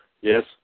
Yes